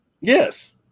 Yes